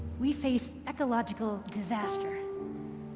we face ecological disaster,